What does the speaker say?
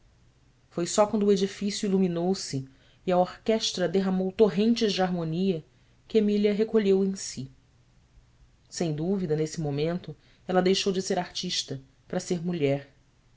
foi só quando o edifício iluminou se e a orquestra derramou torrentes de harmonia que emília recolheu em si sem dúvida nesse momento ela deixou de ser artista para ser mulher